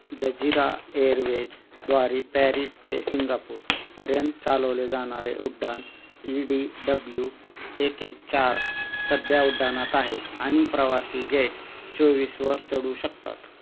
Jazeera Airways द्वारे Paris ते Singapore पर्यंत चालवले जाणारे उड्डाण ई डी डब्ल्यू एक एक चार सध्या उड्डाणात आहे आणि प्रवासी गेट चोवीसवर चढू शकतात